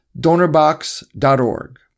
DonorBox.org